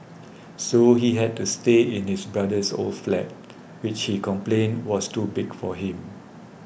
so he had to stay in his brother's old flat which he complained was too big for him